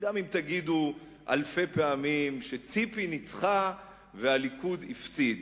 גם אם תגידו אלפי פעמים שציפי ניצחה והליכוד הפסיד,